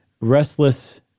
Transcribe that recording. restless